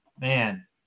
man